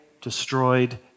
destroyed